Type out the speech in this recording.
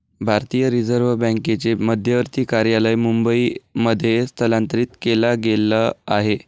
भारतीय रिझर्व बँकेचे मध्यवर्ती कार्यालय मुंबई मध्ये स्थलांतरित केला गेल आहे